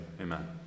amen